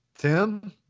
Tim